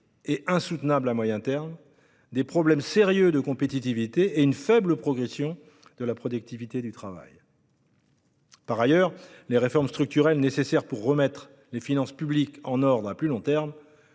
et insoutenable « à moyen terme », des problèmes sérieux de compétitivité et une faible progression de la productivité du travail. Par ailleurs, les réformes structurelles nécessaires pour remettre en ordre les finances publiques à plus long terme